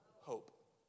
Hope